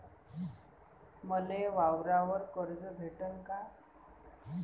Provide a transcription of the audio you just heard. मले वावरावर कर्ज भेटन का?